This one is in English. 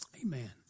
amen